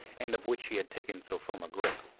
and of which he had taken so firm a grip.